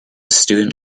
student